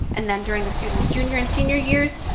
and then during the students junior and senior years,